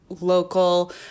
local